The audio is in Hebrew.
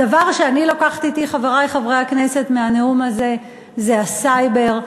הדבר שאני לוקחת אתי מהנאום הזה זה הסייבר,